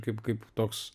kaip kaip toks